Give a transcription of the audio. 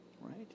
right